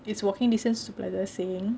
it's walking distance to plaza sing